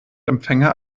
empfänger